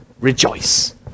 Rejoice